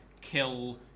kill